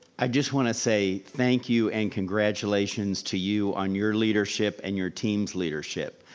i just want to say thank you and congratulations to you on your leadership and your teams leadership.